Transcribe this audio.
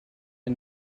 der